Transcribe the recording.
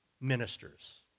ministers